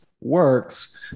works